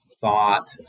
thought